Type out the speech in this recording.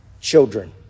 children